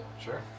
Sure